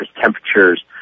temperatures